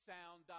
Sound